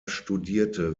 studierte